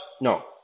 No